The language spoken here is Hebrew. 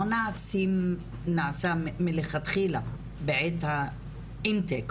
לא נעשים מלכתחילה בעת האינטק,